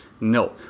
No